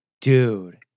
Dude